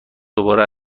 دوباره